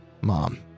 Mom